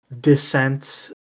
descent